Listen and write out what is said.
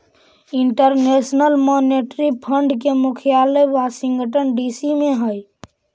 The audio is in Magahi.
इंटरनेशनल मॉनेटरी फंड के मुख्यालय वाशिंगटन डीसी में हई